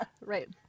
right